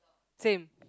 same